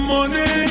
Money